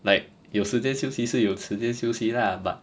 like 有时间休息是有时间休息 lah but